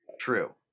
True